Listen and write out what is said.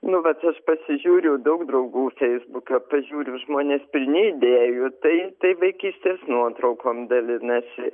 nu vat aš pasižiūriu daug draugų feisbuke pažiūriu žmonės pilni idėjų tai tai vaikystės nuotraukom dalinasi